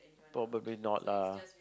probably not lah